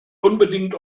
unbedingt